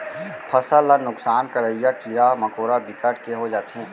फसल ल नुकसान करइया कीरा मकोरा बिकट के हो जाथे